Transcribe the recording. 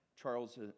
Charles